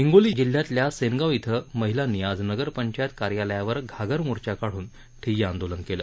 हिंगोली जिल्ह्याच्या सेनगाव इथं महिलांनी आज नगरपंचायत कार्यालयावर घागर मोर्चा काढून ठिय्या आंदोलन केलं